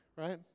right